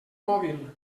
mòbil